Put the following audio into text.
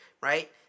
right